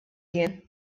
kien